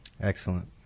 Excellent